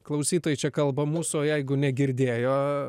klausytojai čia kalba mūsų o jeigu negirdėjo